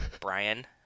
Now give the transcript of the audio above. Brian